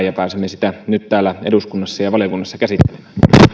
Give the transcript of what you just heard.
ja pääsemme sitä nyt täällä eduskunnassa ja valiokunnassa käsittelemään